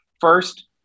First